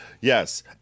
Yes